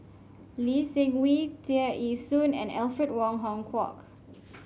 Lee Seng Wee Tear Ee Soon and Alfred Wong Hong Kwok